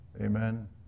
Amen